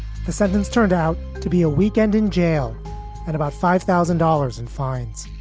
the sentence turned out to be a weekend in jail and about five thousand dollars in fines